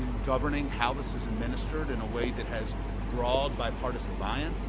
governing how this is administered in a way that has broad bipartisan buy-in.